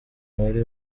wari